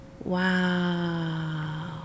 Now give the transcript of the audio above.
Wow